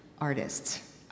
artists